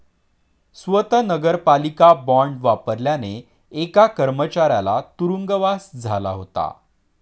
स्वत नगरपालिका बॉंड वापरल्याने एका कर्मचाऱ्याला तुरुंगवास झाला होता